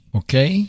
okay